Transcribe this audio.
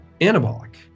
anabolic